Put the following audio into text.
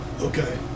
Okay